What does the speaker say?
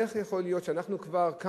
איך יכול להיות שאנחנו כאן,